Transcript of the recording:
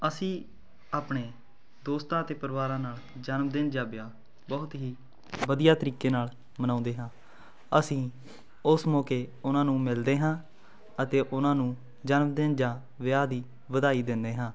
ਅਸੀਂ ਆਪਣੇ ਦੋਸਤਾਂ ਅਤੇ ਪਰਿਵਾਰਾਂ ਨਾਲ ਜਨਮਦਿਨ ਜਾਂ ਵਿਆਹ ਬਹੁਤ ਹੀ ਵਧੀਆ ਤਰੀਕੇ ਨਾਲ ਮਨਾਉਂਦੇ ਹਾਂ ਅਸੀਂ ਉਸ ਮੌਕੇ ਉਹਨਾਂ ਨੂੰ ਮਿਲਦੇ ਹਾਂ ਅਤੇ ਉਹਨਾਂ ਨੂੰ ਜਨਮਦਿਨ ਜਾਂ ਵਿਆਹ ਦੀ ਵਧਾਈ ਦਿੰਦੇ ਹਾਂ